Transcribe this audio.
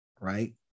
right